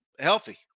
Healthy